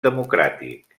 democràtic